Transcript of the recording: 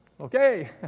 okay